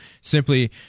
simply